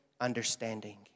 understanding